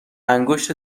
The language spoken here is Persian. انگشت